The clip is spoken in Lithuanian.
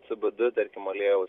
sbd tarkim aliejaus